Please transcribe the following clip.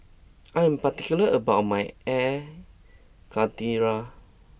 I am particular about my Air Karthira